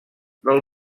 del